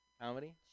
Comedy